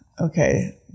Okay